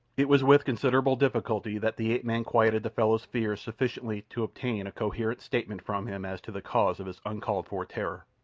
it was with considerable difficulty that the ape-man quieted the fellow's fears sufficiently to obtain a coherent statement from him as to the cause of his uncalled-for terror.